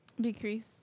Decrease